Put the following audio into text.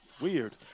Weird